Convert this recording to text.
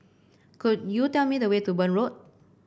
could you tell me the way to Burn Road